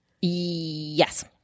Yes